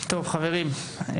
חברים,